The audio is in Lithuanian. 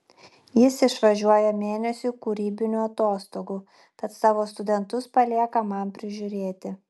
jis išvažiuoja mėnesiui kūrybinių atostogų tad savo studentus palieka man prižiūrėti